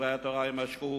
שיעורי התורה יימשכו,